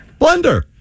blender